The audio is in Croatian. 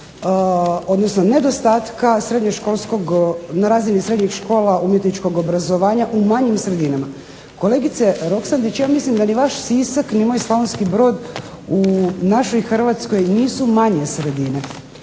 srednjoškolskog, na razini srednjih škola umjetničkog obrazovanja u manjim sredinama. Kolegice Roksandić, ja mislim da bi vaš Sisak ni moj Slavonski Brod u našoj Hrvatskoj nisu manje sredine.